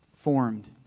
formed